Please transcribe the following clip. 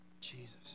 Jesus